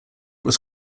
was